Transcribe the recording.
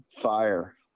fire